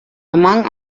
among